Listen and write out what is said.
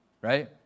right